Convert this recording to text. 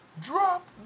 Drop